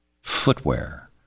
footwear